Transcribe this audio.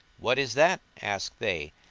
what is that? asked they,